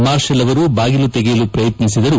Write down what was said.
marshal ಅವರು ಬಾಗಿಲು ತೆಗೆಯಲು ಪ್ರಯತ್ನಿಸಿದರು